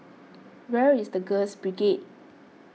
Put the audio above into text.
where is the Girls Brigade